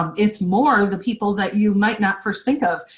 um it's more the people that you might not first think of.